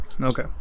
Okay